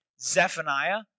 zephaniah